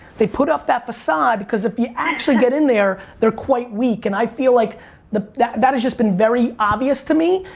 they put up that facade, because if you actually get in there, they're quite weak. and i feel like that that has just been very obvious to me,